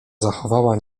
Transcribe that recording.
zachowała